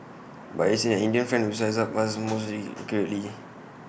but it's an Indian friend who sized us up was mostly accurately